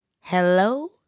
hello